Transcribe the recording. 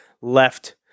left